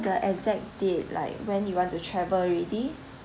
the exact date like when you want to travel already